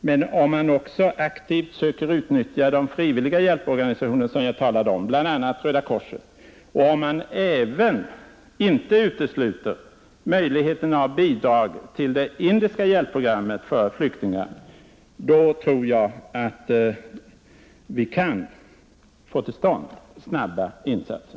Men om man också aktivt söker utnyttja de frivilliga hjälporganisationerna, som jag talat om, bl.a. Röda korset, och om man inte heller utesluter möjligheten till direkta bidrag till det indiska hjälpprogrammet för flyktingar, tror jag att vi kan få till stånd snabba insatser.